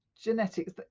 genetics